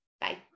Bye